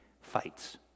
fights